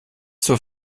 zur